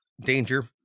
danger